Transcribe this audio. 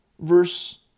verse